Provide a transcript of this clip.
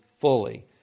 fully